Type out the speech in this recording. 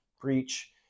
breach